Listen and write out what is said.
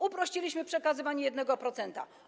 Uprościliśmy przekazywanie 1%.